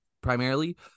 primarily